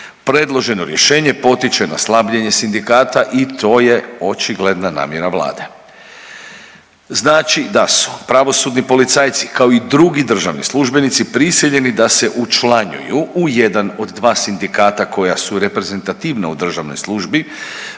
Predloženo rješenje potiče na slabljenje sindikata i to je očigledna namjera vlade. Znači da su pravosudni policajce kao i drugi državni službenici prisiljeni da se učlanjuju u jedan od dva sindikata koja su reprezentativna u državnoj službi